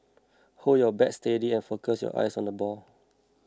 hold your bat steady and focus your eyes on the ball